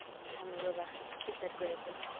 oh, marilla, she said gravely.